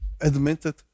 admitted